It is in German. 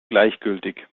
gleichgültig